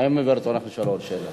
האם חברת הכנסת יחימוביץ רוצה עוד שאלה?